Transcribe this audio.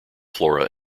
flora